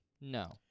No